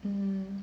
mm